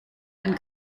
den